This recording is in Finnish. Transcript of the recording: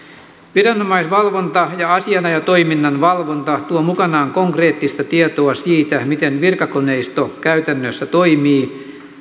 viranomaisvalvonta ja asianajotoiminnan valvonta tuovat mukanaan konkreettista tietoa siitä miten virkakoneisto käytännössä toimii